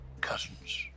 cousins